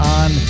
on